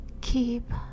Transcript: Keep